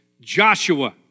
Joshua